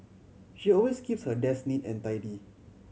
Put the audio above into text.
she always keeps her desk neat and tidy